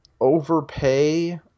overpay